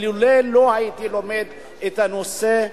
אילולא הייתי לומד את הנושא,